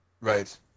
Right